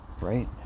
right